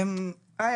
היי,